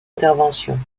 intervention